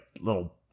little